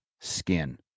skin